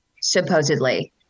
supposedly